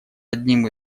одним